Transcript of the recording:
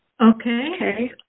Okay